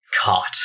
caught